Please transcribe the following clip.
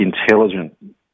intelligent